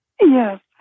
Yes